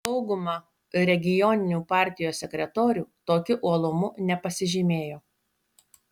dauguma regioninių partijos sekretorių tokiu uolumu nepasižymėjo